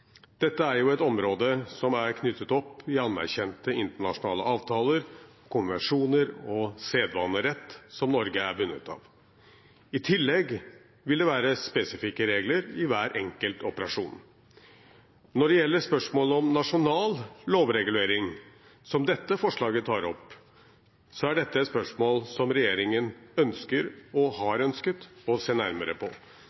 Dette er jo et område som er knyttet opp mot anerkjente internasjonale avtaler, konvensjoner og sedvanerett som Norge er bundet av. I tillegg vil det være spesifikke regler i hver enkelt operasjon. Når det gjelder spørsmålet om nasjonal lovregulering, som dette forslaget tar opp, er dette et spørsmål som regjeringen ønsker, og